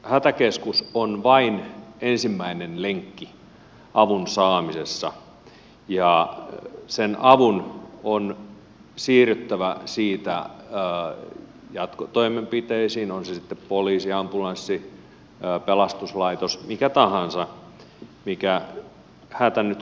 hätäkeskus on vain ensimmäinen lenkki avun saamisessa ja sen avun on siirryttävä siitä jatkotoimenpiteisiin on se sitten poliisi ambulanssi pelastuslaitos mikä tahansa mikä hätä nyt kulloinkin on